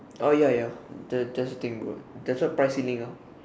oh ya ya that that's the thing bro that's why price ceiling ah